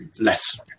less